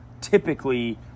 typically –